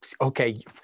okay